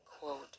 Quote